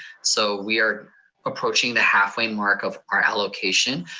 so we are approaching the halfway mark of our allocation.